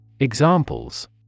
Examples